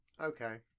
okay